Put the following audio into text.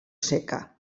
seca